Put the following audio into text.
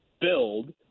build